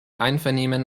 einvernehmen